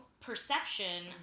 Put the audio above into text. perception